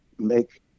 make